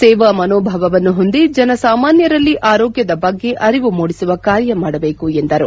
ಸೇವಾ ಮನೋಭಾವವನ್ನು ಹೊಂದಿ ಜನ ಸಾಮಾನ್ಯರಲ್ಲಿ ಆರೋಗ್ಯದ ಬಗ್ಗೆ ಅರಿವು ಮೂಡಿಸುವ ಕಾರ್ಯ ಮಾಡಬೇಕು ಎಂದರು